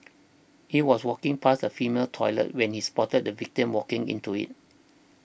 he was walking past a female toilet when he spotted the victim walking into it